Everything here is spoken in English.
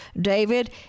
David